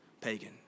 pagan